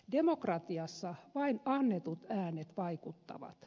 demokratiassa vain annetut äänet vaikuttavat